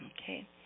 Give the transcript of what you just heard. Okay